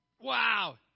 Wow